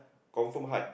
confirm hard